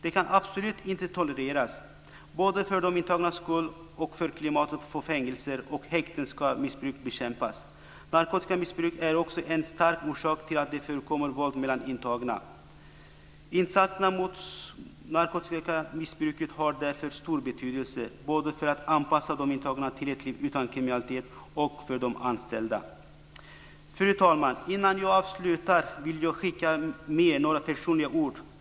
Det kan absolut inte tolereras. Både för de intagnas skull och för klimatet på fängelser och häkten ska missbruk bekämpas. Narkotikamissbruk är också en stark orsak till att det förekommer våld mellan intagna. Insatserna mot narkotikamissbruket har därför stor betydelse både för att anpassa de intagna till ett liv utan kriminalitet och för de anställda. Fru talman! Innan jag slutar vill jag skicka med några personliga ord.